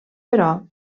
però